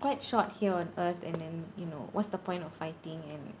quite short here on earth and then you know what's the point of fighting and